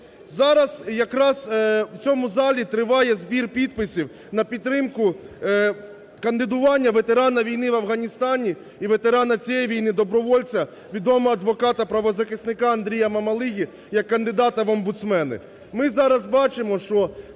Зараз якраз у цьому залі триває збір підписів на підтримку кандидування ветерана війни в Афганістані і ветерана цієї війни, добровольця, відомого адвоката-правозахисника Андрія Мамалиги як кандидат в омбудсмени. Ми зараз бачимо, що